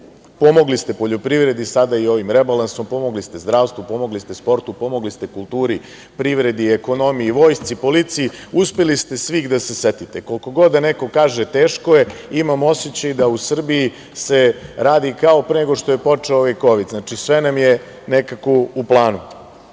Pomogli ste poljoprivredi sada i ovim rebalansom. Pomogli ste zdravstvu. Pomogli ste sportu. Pomogli ste kulturi, privredi, ekonomiji, vojsci, policiji. Uspeli ste svih da se setite. Koliko god neko da kaže – teško je, imam osećaj da u Srbiji se radi kao pre nego što je počeo ovaj kovid. Sve nam je nekako u